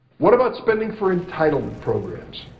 what about spending for entitlement programs?